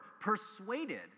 persuaded